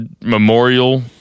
Memorial